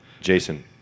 Jason